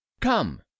come